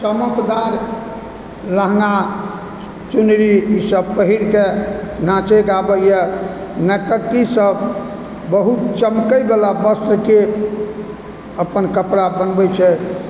चमकदार लहँगा चुनरी ई सब पहिरकऽ नाचै गाबैए नर्तकी सब बहुत चमकैवला वस्त्रके अपन कपड़ा बनबै छथि